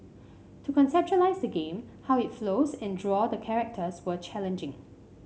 to conceptualise the game how it flows and draw the characters were challenging